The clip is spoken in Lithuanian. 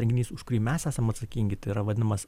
renginys už kurį mes esam atsakingi tai yra vadinamas